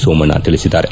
ಸೋಮಣ್ಣ ತಿಳಿಸಿದ್ದಾರೆ